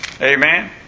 Amen